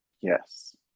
yes